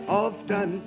often